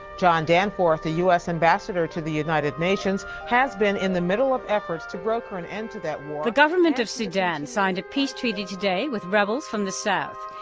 john danforth, the u s. ambassador to the united nations, has been in the middle of efforts to broker an end to that war the government of sudan signed a peace treaty today with rebels from the south.